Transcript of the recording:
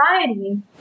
society